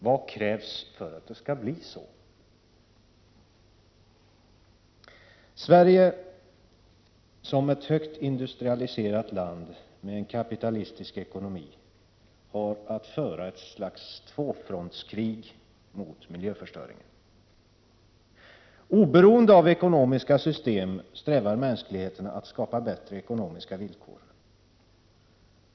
Vad krävs för att det skall bli så? Sverige som ett högt industrialiserat land med en kapitalistisk ekonomi har att föra ett slags tvåfrontskrig mot miljöförstöringen. Oberoende av ekonomiska system strävar mänskligheten att skapa bättre ekonomiska villkor.